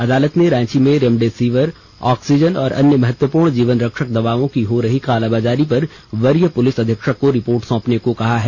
अदालत ने रांची में रेमडेसिविर ऑक्सीजन और अन्य महत्वपूर्ण जीवन रक्षक दवाओं की हो रही कालाबाजारी पर वरीय पुलिस अधीक्षक को रिपोर्ट सौंपने को कहा है